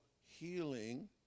healing